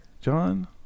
John